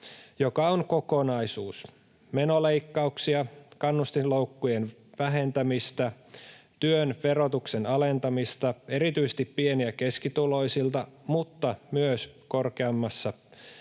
joka on kokonaisuus: menoleikkauksia, kannustinloukkujen vähentämistä, työn verotuksen alentamista erityisesti pieni- ja keskituloisilta mutta myös korkeammissa